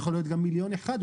יכול להיות גם מיליון אחד,